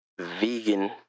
vegan